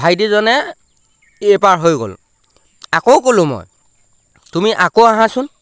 ভাইটিজনে এইপাৰ হৈ গ'ল আকৌ ক'লোঁ মই তুমি আকৌ আহাচোন